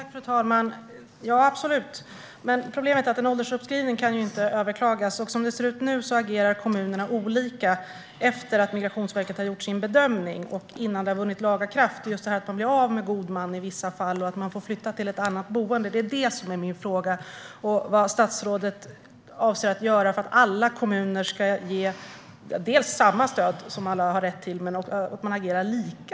Fru talman! Ja, absolut! Problemet är dock att en åldersuppskrivning inte kan överklagas, och som det ser ut nu agerar kommunerna olika efter att Migrationsverket har gjort sin bedömning och innan den har vunnit laga kraft. Den unga blir av med sin gode man i vissa fall och får flytta till ett annat boende. Det är vad min fråga rör. Vad avser statsrådet att göra för att alla kommuner dels ska ge samma stöd som alla har rätt till, dels agera lika?